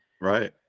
Right